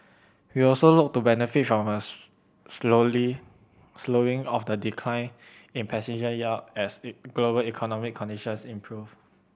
we also look to benefit from a slowly slowing of the decline in passenger yield as global economic conditions improve